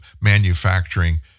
manufacturing